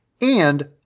and-